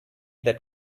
that